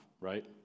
right